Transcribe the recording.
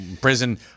Prison